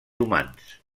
humans